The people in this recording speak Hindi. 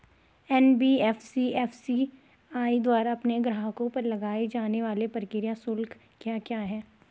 एन.बी.एफ.सी एम.एफ.आई द्वारा अपने ग्राहकों पर लगाए जाने वाले प्रक्रिया शुल्क क्या क्या हैं?